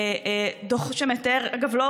אגב,